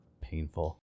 painful